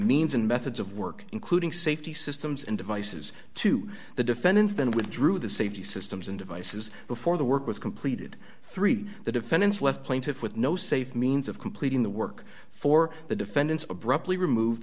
means and methods of work including safety systems and devices to the defendants then withdrew the safety systems and devices before the work was completed three the defendants left plaintiff with no safe means of completing the work for the defendants abruptly removed